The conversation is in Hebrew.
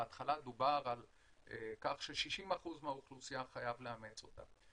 בהתחלה דובר על כך ש-60% מהאוכלוסייה חייב לאמץ אותה.